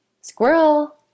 Squirrel